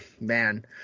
man